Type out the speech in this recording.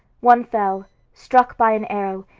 one fell, struck by an arrow,